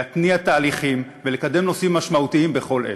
להתניע תהליכים ולקדם נושאים משמעותיים בכל עת.